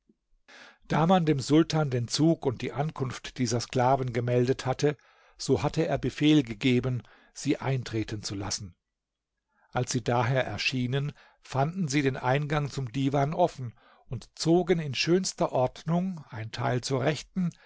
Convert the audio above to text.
da man dem sultan den zug und die ankunft dieser sklaven gemeldet hatte so hatte er befehl gegeben sie eintreten zu lassen als sie daher erschienen fanden sie den eingang zum divan offen und zogen in schönster ordnung ein teil zur rechten